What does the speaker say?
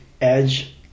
edge